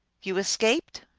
you escaped?